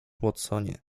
watsonie